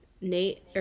Nate